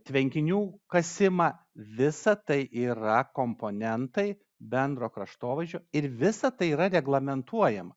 tvenkinių kasimą visa tai yra komponentai bendro kraštovaizdžio ir visa tai yra reglamentuojama